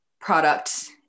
product